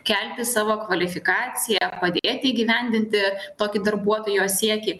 kelti savo kvalifikaciją padėti įgyvendinti tokį darbuotojo siekį